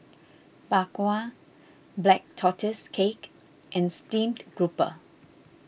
Bak Kwa Black Tortoise Cake and Steamed Grouper